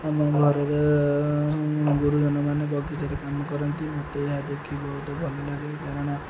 ଆମ ଘରେ ଗୁରୁଜନମାନେ ବଗିଚାରେ କାମ କରନ୍ତି ମୋତେ ଏହା ଦେଖି ବହୁତ ଭଲ ଲାଗେ କାରଣ